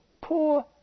poor